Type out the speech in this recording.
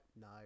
no